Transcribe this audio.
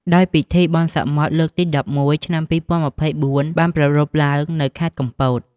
ដោយពិធីបុណ្យសមុទ្រលើកទី ១១ ឆ្នាំ២០២៤ បានប្រារព្ធឡើងនៅខេត្តកំពត។